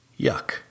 Yuck